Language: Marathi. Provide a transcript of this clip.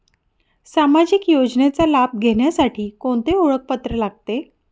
सामाजिक योजनेचा लाभ घेण्यासाठी कोणते ओळखपत्र लागते?